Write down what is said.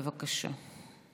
בבקשה.